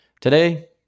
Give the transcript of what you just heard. Today